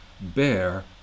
bear